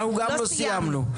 גם אנחנו לא סיימנו.